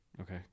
Okay